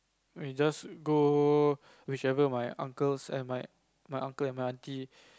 we just go whichever my uncles and my my uncle and my auntie